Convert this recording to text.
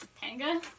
Panga